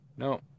No